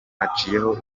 haciyeho